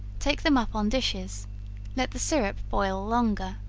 take them up on dishes let the syrup boil longer.